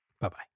Bye-bye